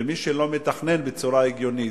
ומי שלא מתכנן בצורה הגיונית,